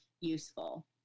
useful